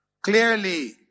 clearly